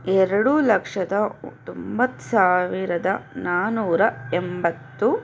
ಎರಡು ಲಕ್ಷದ ತೊಂಬತ್ತು ಸಾವಿರದ ನಾನ್ನೂರ ಎಂಬತ್ತು